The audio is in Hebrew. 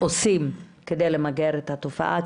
עושים כדי למגר את התופעה,